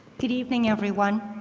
good evening everyone.